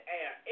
air